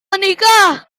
menikah